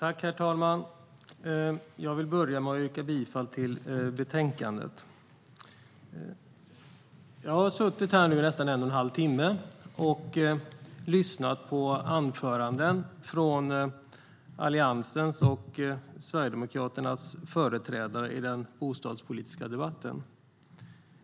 Herr talman! Jag vill börja med att yrka bifall till förslaget i betänkandet. Jag har suttit här nu i nästan en och en halv timme och lyssnat på anföranden från Alliansens och Sverigedemokraternas företrädare inom bostadspolitiken.